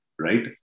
Right